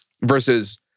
versus